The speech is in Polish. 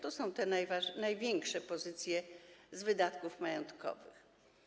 To są te największe pozycje z wydatków majątkowych.